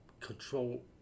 control